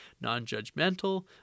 non-judgmental